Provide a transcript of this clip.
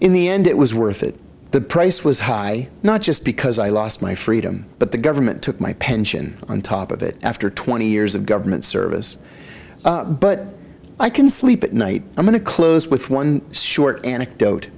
in the end it was worth it the price was high not just because i lost my freedom but the government took my pension on top of it after twenty years of government service but i can sleep at night i'm going to close with one short anecdote